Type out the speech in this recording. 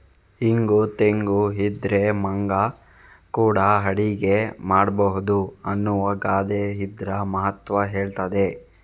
ಇಂಗು ತೆಂಗು ಇದ್ರೆ ಮಂಗ ಕೂಡಾ ಅಡಿಗೆ ಮಾಡ್ಬಹುದು ಅನ್ನುವ ಗಾದೆ ಇದ್ರ ಮಹತ್ವ ಹೇಳ್ತದೆ